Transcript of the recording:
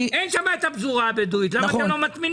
אין שם פזורה בדואית, למה אתם לא מטמינים אותם?